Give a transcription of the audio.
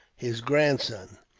his grandson.